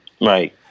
Right